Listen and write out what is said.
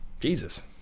Jesus